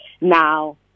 Now